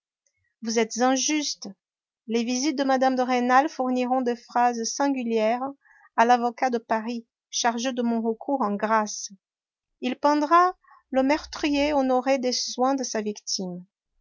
vous êtes injuste les visites de mme de rênal fourniront des phrases singulières à l'avocat de paris chargé de mon recours en grâce il peindra le meurtrier honoré des soins de sa victime